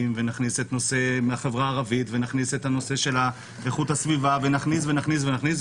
ונכניס את החברה הערבית ואת איכות הסביבה ונכניס ונכניס,